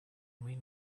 mean